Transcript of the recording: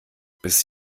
bis